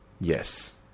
Yes